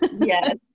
Yes